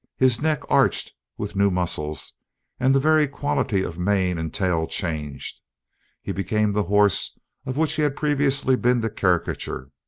his neck arched with new muscles and the very quality of mane and tail changed he became the horse of which he had previously been the caricature.